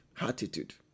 attitude